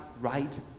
right